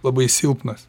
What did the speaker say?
labai silpnas